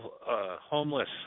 homeless